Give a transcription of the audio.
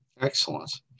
Excellent